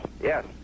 yes